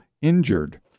injured